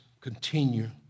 continue